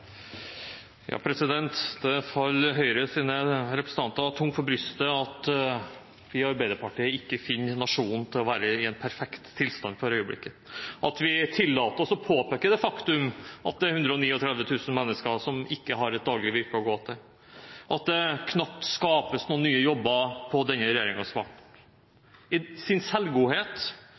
Det falt Høyres representanter tungt for brystet at vi i Arbeiderpartiet ikke finner at nasjonen er i en perfekt tilstand for øyeblikket, at vi tillater oss å påpeke det faktum at det er 139 000 mennesker som ikke har et daglig virke å gå til, at det knapt skapes noen nye jobber på denne regjeringens vakt. I sin selvgodhet